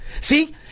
See